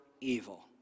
evil